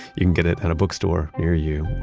you can get it at a bookstore near you,